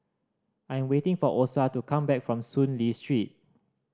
I am waiting for Osa to come back from Soon Lee Street